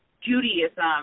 Judaism